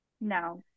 No